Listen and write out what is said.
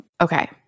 Okay